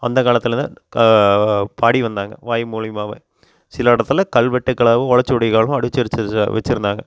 அந்த காலத்தில் தான் பாடி வந்தாங்க வாய் மூலிமாவே சில இடத்துல கல்வெட்டுகளாகவும் ஓலைச்சுவடிகளாகவும் அடித்து அடித்து வச்சுருந்தாங்க